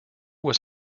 was